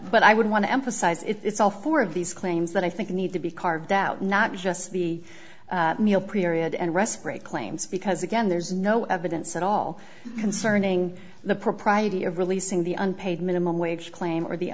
but i would want to emphasize it's all four of these claims that i think need to be carved out not just the meal precariat and respray claims because again there's no evidence at all concerning the propriety of releasing the unpaid minimum wage claim or the